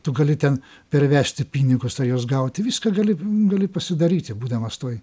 tu gali ten pervesti pinigus ar juos gauti viską gali gali pasidaryti būdamas toj